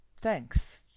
thanks